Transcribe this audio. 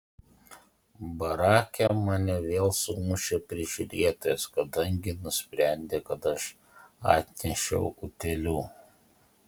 barake mane vėl sumušė prižiūrėtojas kadangi nusprendė kad aš atnešiau utėlių